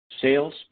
Sales